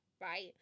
right